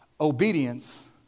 obedience